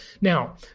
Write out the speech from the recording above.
Now